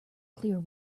clear